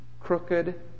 crooked